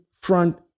front